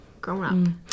grown-up